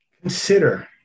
Consider